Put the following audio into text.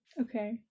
Okay